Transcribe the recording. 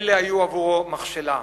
אלה היו עבורו מכשלה.